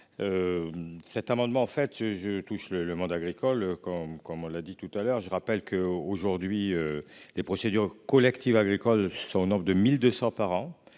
Cet amendement fait je touche le monde agricole comme comme on l'a dit tout à l'heure, je rappelle que aujourd'hui des procédures collectives agricoles sont au nombre de 1200 par an